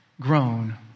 grown